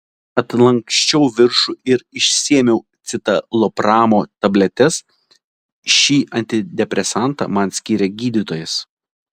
atlanksčiau viršų ir išsiėmiau citalopramo tabletes šį antidepresantą man skyrė gydytojas